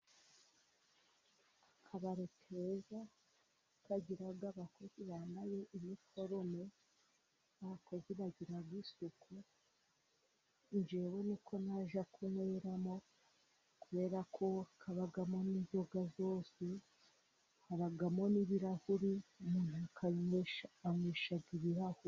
Akabare keza kagira abakozi bambaye iniforume n'abakozi bagira isuku. Ngewe ni ko najya kunyweramo kubera ko kabamo n'inzoga zose. Habamo n'ibirahuri. Umuntu anywesha ibirahuri.